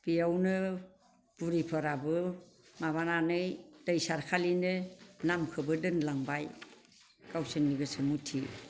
बेयावनो बुरैफोराबो माबानानै दै सारखालिनो नामखौबो दोनलांबाय गावसोरनि गोसो मथे